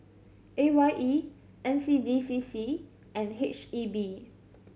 A Y E N C D C C and H E B